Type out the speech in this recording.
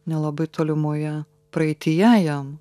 nelabai tolimoje praeityje jam